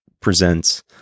presents